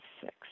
six